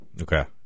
Okay